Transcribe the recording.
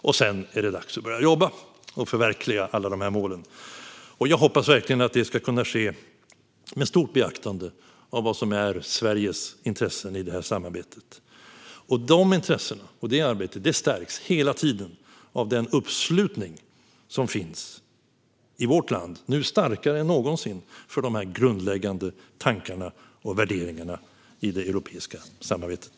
Efter det är det dags att börja jobba och förverkliga alla dessa mål. Jag hoppas verkligen att det ska kunna ske med stort beaktande av vad som är Sveriges intressen i det här samarbetet. Arbetet med dessa intressen stärks hela tiden av den uppslutning som finns i vårt land - nu starkare än någonsin - bakom de grundläggande tankarna och värderingarna i det europeiska samarbetet.